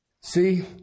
See